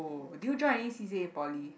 oh do you join any C_C_A in poly